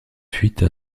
fuite